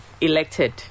Elected